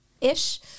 ish